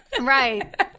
Right